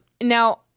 Now